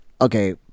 okay